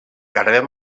carrer